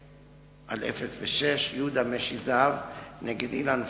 8988/06, יהודה משי-זהב נגד אילן פרנקו,